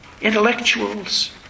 Intellectuals